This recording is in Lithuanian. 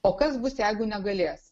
o kas bus jeigu negalės